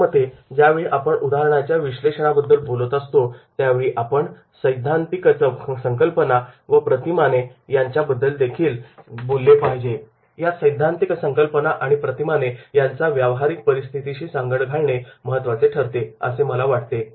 माझ्या मते ज्यावेळी आपण उदाहरणाच्या विश्लेषणाबद्दल बोलत असतो त्यावेळी आपण सैद्धांतिक संकल्पना आणि प्रतिमाने यांचा व्यावहारिक परिस्थितीशी सांगड घालणे महत्त्वाचे आहे असे मला वाटते